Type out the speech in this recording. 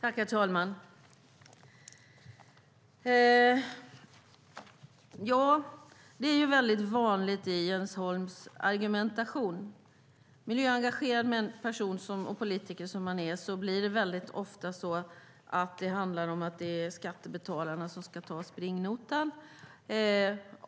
Herr talman! Det är vanligt i Jens Holms argumentation, miljöengagerad person och politiker som han är, att det handlar om att skattebetalarna ska ta springnotan.